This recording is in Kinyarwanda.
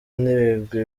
n’ibigwi